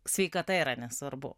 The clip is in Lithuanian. sveikata yra nesvarbu